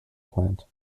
plant